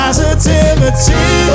Positivity